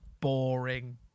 boring